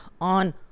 on